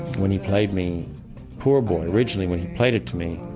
when he played me poor boy, originally when he played it to me,